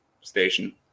station